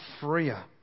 freer